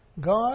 God